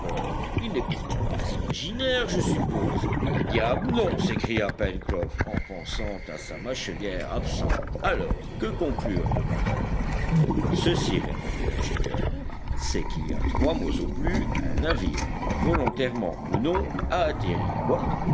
il n'est pourtant pas imaginaire je suppose mille diables non s'écria pencroff en pensant à sa mâchelière absente alors que conclure demanda le reporter ceci répondit l'ingénieur c'est qu'il y a trois mois au plus un navire volontairement ou non a atterri quoi